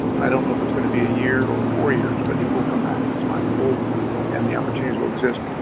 and i don't know if it's going to be a year or four years, but it will come back, it's my full belief, and the opportunities will exist.